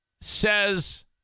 says